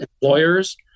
employers